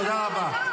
תודה רבה.